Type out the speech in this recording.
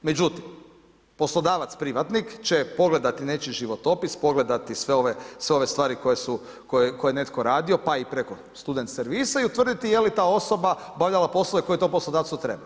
Međutim, poslodavac privatnik će pogledati nečiji životopis, pogledati sve ove stvari koje je netko radio pa i preko student servisa i utvrditi jeli ta osoba obavljala poslove koje tom poslodavcu treba.